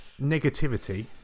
negativity